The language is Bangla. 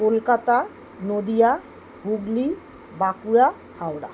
কলকাতা নদিয়া হুগলি বাঁকুড়া হাওড়া